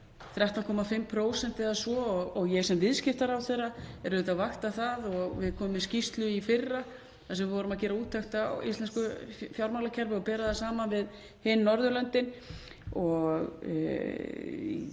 og ég sem viðskiptaráðherra er auðvitað að vakta það. Við birtum skýrslu í fyrra þar sem við vorum að gera úttekt á íslensku fjármálakerfi og bera það saman við hin Norðurlöndin